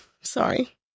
Sorry